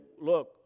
look